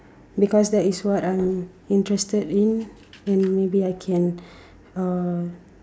because that is what I'm interested in and maybe I can uh